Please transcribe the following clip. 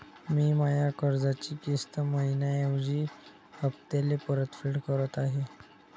मी माया कर्जाची किस्त मइन्याऐवजी हप्त्याले परतफेड करत आहे